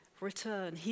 return